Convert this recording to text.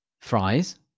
fries